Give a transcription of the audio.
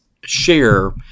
share –